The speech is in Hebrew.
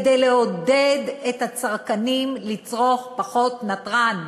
כדי לעודד את הצרכנים לצרוך פחות נתרן,